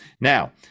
Now